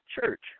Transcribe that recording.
church